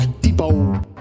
Depot